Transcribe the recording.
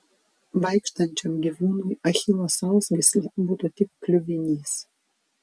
vaikštančiam gyvūnui achilo sausgyslė būtų tik kliuvinys